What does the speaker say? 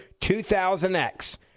2000X